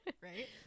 Right